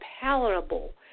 palatable